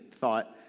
thought